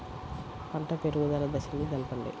పంట పెరుగుదల దశలను తెలపండి?